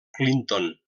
clinton